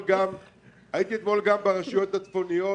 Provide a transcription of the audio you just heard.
ברשויות הצפוניות,